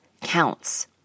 counts